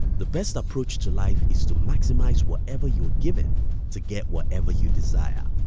the best approach to life is to maximize whatever you're given to get whatever you desire.